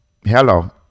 hello